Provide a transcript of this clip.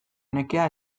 nekea